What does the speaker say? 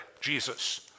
Jesus